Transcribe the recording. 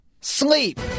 Sleep